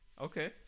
Okay